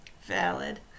Valid